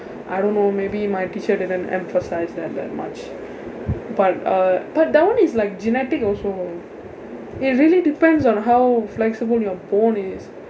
I don't know maybe my teacher didn't emphasize that that much but uh put put that one is like genetic also it really depends on how flexible your bone is